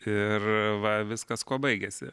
ir va viskas kuo baigėsi